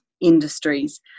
industries